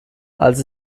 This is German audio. als